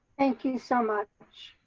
thank you so much.